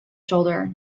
shoulder